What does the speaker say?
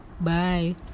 Bye